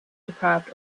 deprived